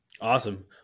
Awesome